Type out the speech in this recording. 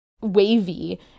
wavy